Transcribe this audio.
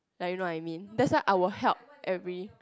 like you know I mean that's why I will help every